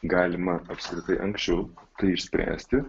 galima apskritai anksčiau tai išspręsti